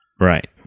right